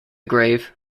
grave